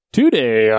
Today